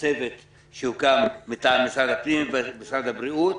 הצוות שהוקם מטעם משרד הפנים ומשרד הבריאות,